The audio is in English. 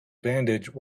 bandage